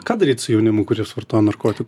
ką daryt su jaunimu kuris vartoja narkotikų